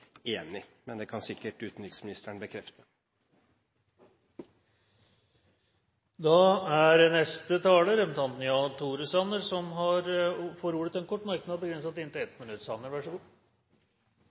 enig. Men det kan sikkert utenriksministeren bekrefte. Representanten Jan Tore Sanner får ordet til en kort merknad, begrenset til